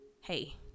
Hey